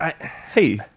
Hey